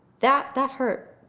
that that hurt,